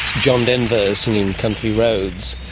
john denver singing country roads.